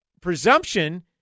presumption